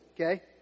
okay